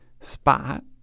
spot